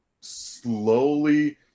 slowly